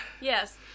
Yes